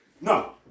No